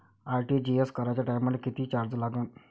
RTGS कराच्या टायमाले किती चार्ज लागन?